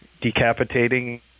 decapitating